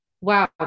wow